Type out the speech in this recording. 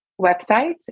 website